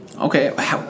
Okay